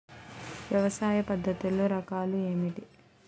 వ్యవసాయ పద్ధతులు రకాలు ఏమిటి?